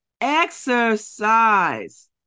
exercise